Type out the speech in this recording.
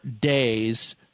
days